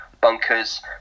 bunkers